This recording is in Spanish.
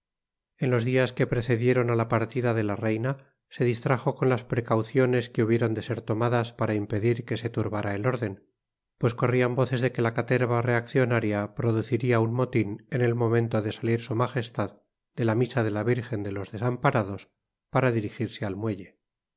en los días que precedieron a la partida de la reina se distrajo con las precauciones que hubieron de ser tomadas para impedir que se turbara el orden pues corrían voces de que la caterva reaccionaria produciría un motín en el momento de salir su majestad de la misa en la virgen de los desamparados para dirigirse al muelle